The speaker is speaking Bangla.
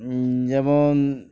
যেমন